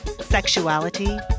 sexuality